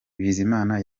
bizimana